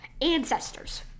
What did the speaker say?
ancestors